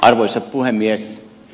arvoisa puhemies